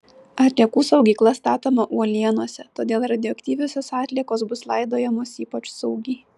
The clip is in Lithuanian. atliekų saugykla statoma uolienose todėl radioaktyviosios atliekos bus laidojamos ypač saugiai